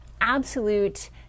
absolute